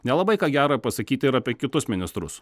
nelabai ką gera pasakyti ir apie kitus ministrus